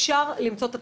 אפשר למצוא את התקציב.